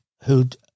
who'd